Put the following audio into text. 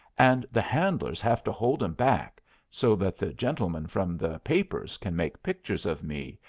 and the handlers have to hold em back so that the gentlemen from the papers can make pictures of me,